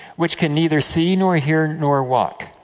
which can neither seen or hear nor walk.